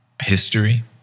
History